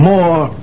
More